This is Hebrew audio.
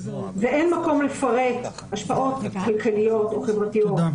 ואין מקום לפרט השפעות כלכליות או חברתיות